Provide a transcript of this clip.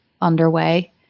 underway